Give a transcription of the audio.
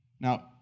Now